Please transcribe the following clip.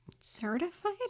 certified